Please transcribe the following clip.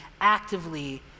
actively